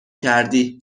کردی